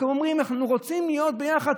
אתם אומרים: אנחנו רוצים להיות ביחד,